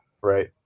right